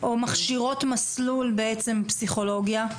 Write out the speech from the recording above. או מכשירות מסלול בפסיכולוגיה?